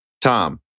Tom